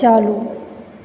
चालू